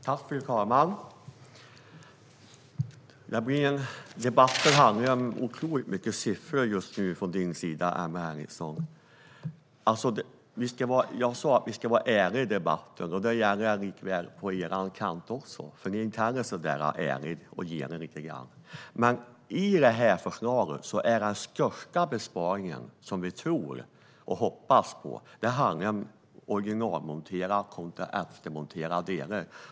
Fru talman! Det blir en debatt som handlar otroligt mycket om siffror just nu från din sida, Emma Henriksson. Jag sa att vi ska vara ärliga i debatten, och det gäller på er kant också. Ni inte heller så ärliga utan genar lite grann. I förslaget handlar den största besparingen, som vi tror och hoppas på, om originalmonterade kontra eftermonterade delar.